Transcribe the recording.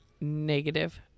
Negative